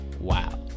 Wow